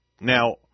Now